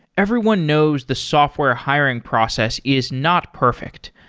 everyone knows the software hiring process is not perfect.